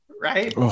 right